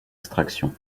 extraction